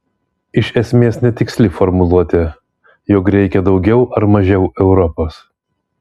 iš esmės netiksli formuluotė jog reikia daugiau ar mažiau europos